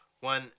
one